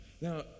Now